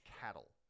cattle